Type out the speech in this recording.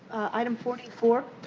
item forty four?